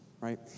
Right